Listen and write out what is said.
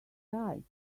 rights